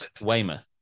Weymouth